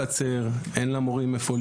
מבנה חדש ומדהים עומד.